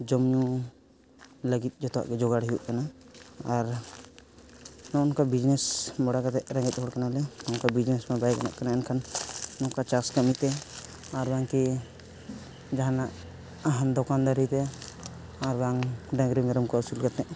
ᱡᱚᱢ ᱧᱩ ᱞᱟᱹᱜᱤᱫ ᱡᱚᱜᱟᱲ ᱦᱩᱭᱩᱜ ᱠᱟᱱᱟ ᱟᱨ ᱱᱚᱜᱼᱚ ᱱᱚᱝᱠᱟ ᱵᱤᱡᱽᱱᱮᱥ ᱵᱟᱲᱟ ᱠᱟᱛᱮᱫ ᱨᱮᱸᱜᱮᱡᱽ ᱦᱚᱲ ᱠᱟᱱᱟᱞᱮ ᱱᱚᱝᱠᱟ ᱵᱤᱡᱽᱱᱮᱥ ᱢᱟ ᱵᱟᱭ ᱜᱚᱱᱚᱜ ᱠᱟᱱᱟ ᱮᱱᱠᱷᱟᱱ ᱱᱚᱝᱠᱟ ᱪᱟᱥ ᱠᱟᱹᱢᱤᱛᱮ ᱟᱨᱵᱟᱝ ᱠᱤ ᱡᱟᱦᱟᱱᱟᱜ ᱫᱚᱠᱟᱱ ᱫᱟᱹᱨᱤᱨᱮ ᱟᱨᱵᱟᱝ ᱰᱟᱝᱨᱤ ᱢᱮᱨᱚᱢ ᱠᱚ ᱟᱹᱥᱩᱞ ᱠᱟᱛᱮᱫ